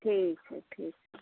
ठीक है ठीक है